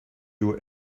you